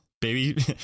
Baby